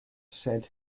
set